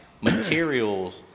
materials